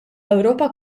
ewropa